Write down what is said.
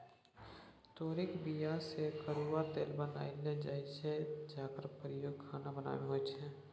तोरीक बीया सँ करुआ तेल बनाएल जाइ छै जकर प्रयोग खाना बनाबै मे होइ छै